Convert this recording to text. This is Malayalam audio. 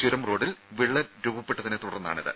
ചുരം റോഡിൽ വിള്ളൽ രൂപപ്പെട്ടതിനെ തുടർന്നാണിത്